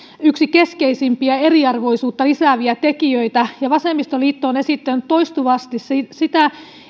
keskeisimpiä eriarvoisuutta lisääviä tekijöitä vasemmistoliitto on esittänyt toistuvasti sitä